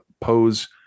pose